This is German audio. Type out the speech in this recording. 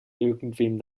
irgendwem